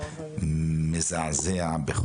מזעזע.